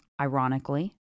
ironically